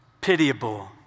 pitiable